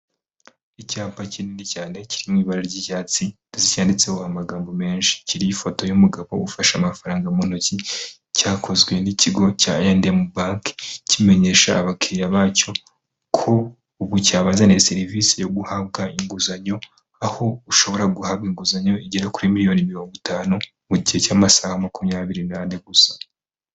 Icyapa kinini cyane kiri mu ibara ry'icyatsi zi cyanyanditseho amagambo menshi, kiriho ifoto y'umugabo ufashe amafaranga mu ntoki, cyakozwe n'ikigo I&M banke kimenyesha abakiriya bacyo ko ubu cyabazaniye serivise yo guhabwa inguzanyo aho ushobora guhabwa inguzanyo igera kuri miliyoni mirongo itanu, mu gihe cy'amasaha makumyabiri n'ane gusa.